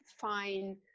fine